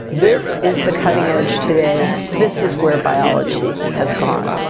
this is the cutting edge today, this is where biology has gone.